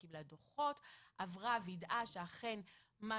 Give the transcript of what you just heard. כן, במה